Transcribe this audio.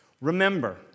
Remember